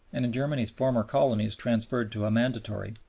and in germany's former colonies transferred to a mandatory,